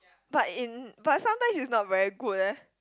but in but sometimes is not very good eh